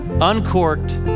uncorked